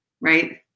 Right